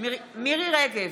מירי מרים רגב,